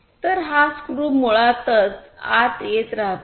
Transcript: तर हा स्क्रू मुळातच आत येत राहतो